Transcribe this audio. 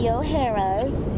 O'Hara's